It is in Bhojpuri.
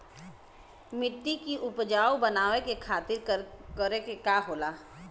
मिट्टी की उपजाऊ बनाने के खातिर का करके होखेला?